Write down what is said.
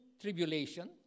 tribulation